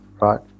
Right